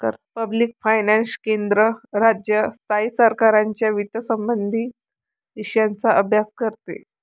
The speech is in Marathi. पब्लिक फायनान्स केंद्र, राज्य, स्थायी सरकारांच्या वित्तसंबंधित विषयांचा अभ्यास करते